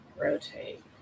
rotate